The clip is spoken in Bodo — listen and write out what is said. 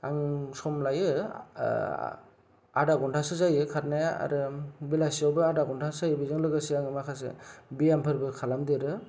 आं सम लायो आदा घण्टासो जायो खारनाया आरो बेलासियावबो आदा घण्टासो जायो बेजों लोगोसे आङो माखासे ब्यामफोरबो खालामदेरो